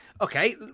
okay